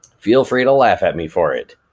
feel free to laugh at me for it.